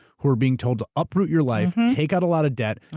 who are being told to uproot your life, take out a lot of debt.